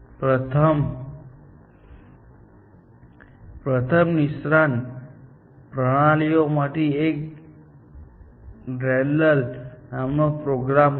પ્રથમ નિષ્ણાત પ્રણાલીઓમાંની એક ડેન્ડ્રલ નામનો પ્રોગ્રામ હતો